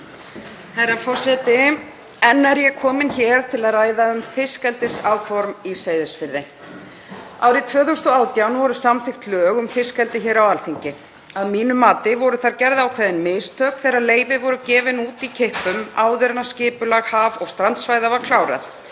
Herra forseti. Enn er ég komin hér til að ræða um fiskeldisáform í Seyðisfirði. Árið 2018 voru samþykkt lög um fiskeldi hér á Alþingi. Að mínu mati voru gerð ákveðin mistök þegar leyfi voru gefin út í kippum áður en skipulag haf- og strandsvæða var klárað,